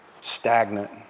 stagnant